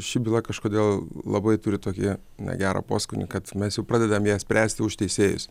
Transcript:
ši byla kažkodėl labai turi tokį negerą poskonį kad mes jau pradedam ją spręsti už teisėjus